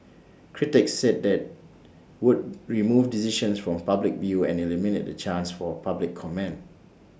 critics said that would remove decisions from public view and eliminate the chance for public comment